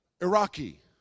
Iraqi